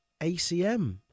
ACM